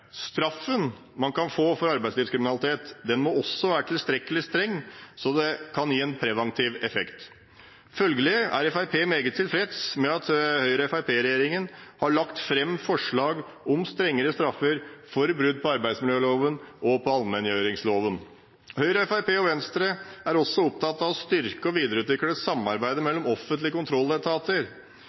Straffen man kan få for arbeidslivskriminalitet, må også være tilstrekkelig streng, så det kan gi en preventiv effekt. Følgelig er Fremskrittspartiet meget tilfreds med at Høyre–Fremskrittsparti-regjeringen har lagt fram forslag om strengere straffer for brudd på arbeidsmiljøloven og allmenngjøringsloven. Høyre, Fremskrittspartiet og Venstre er også opptatt av å styrke og videreutvikle samarbeidet mellom offentlige kontrolletater.